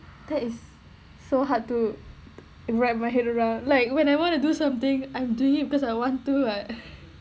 that is so hard to wrap my head around like when I want to do something I'm doing it because I want to [what]